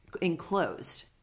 enclosed